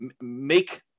make